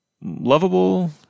lovable